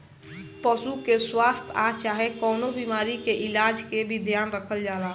पशु के स्वास्थ आ चाहे कवनो बीमारी के इलाज के भी ध्यान रखल जाला